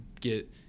get